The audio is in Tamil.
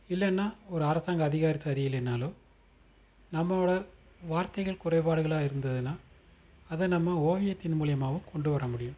இல்லன்னா ஒரு அரசாங்க அதிகாரி சரியில்லைன்னாலோ நம்பளோடய வார்த்தைகள் குறைபாடுகளாக இருந்ததுன்னால் அதை நம்ம ஓவியத்தின் மூலியமாகவும் கொண்டு வர முடியும்